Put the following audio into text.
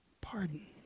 pardon